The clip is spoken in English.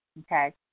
Okay